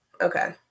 Okay